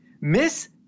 Miss